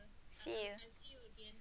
see you